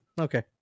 Okay